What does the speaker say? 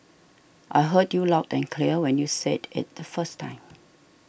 I heard you loud and clear when you said it the first time